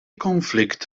conflict